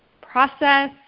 process